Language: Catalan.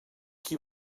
qui